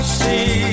see